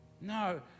No